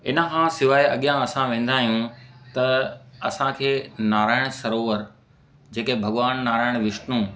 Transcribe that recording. हिन खां सवाइ अॻियां असां वेंदा आहियूं त असांखे नारायण सरोवर जेके भॻवान नारायण विष्णु